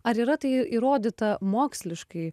ar yra tai įrodyta moksliškai